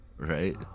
Right